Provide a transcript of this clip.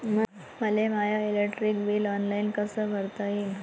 मले माय electric bill online कस भरता येईन?